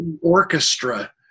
orchestra